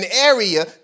area